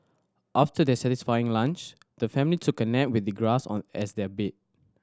after their satisfying lunch the family took a nap with the grass on as their bed